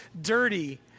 dirty